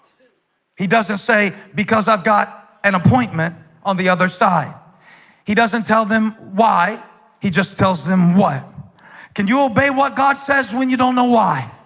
he doesn't say because i've got an appointment on the other side he doesn't tell them why he just tells them. what can you obey? what god says when you don't know why?